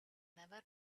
never